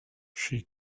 she